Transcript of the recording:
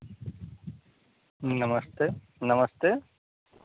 नमस्ते नमस्ते